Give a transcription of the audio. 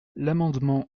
l’amendement